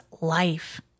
life